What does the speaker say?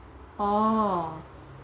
oh